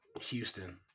Houston